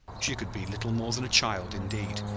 she could be little more than a child, indeed,